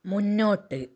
മുന്നോട്ട്